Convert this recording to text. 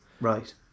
Right